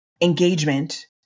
engagement